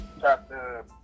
chapter